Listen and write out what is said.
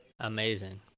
Amazing